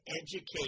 educate